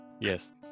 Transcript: Yes